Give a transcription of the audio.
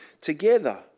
together